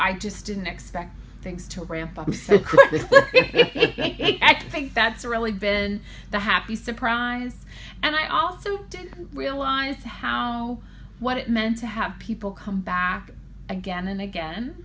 i just didn't expect things to ramp up i think that's really been the happy surprise and i also didn't realize how what it meant to have people come back again and again